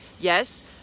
Yes